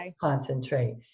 concentrate